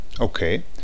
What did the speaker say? Okay